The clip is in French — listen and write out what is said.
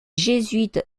jésuites